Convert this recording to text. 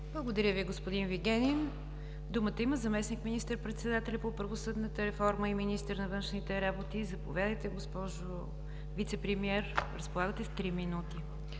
Благодаря Ви, господин Вигенин. Думата има заместник министър-председателят по правосъдната реформа и министър на външните работи. Заповядайте, госпожо Вицепремиер, разполагате с три минути.